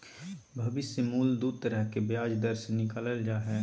भविष्य मूल्य दू तरह के ब्याज दर से निकालल जा हय